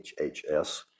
HHS